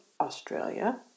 Australia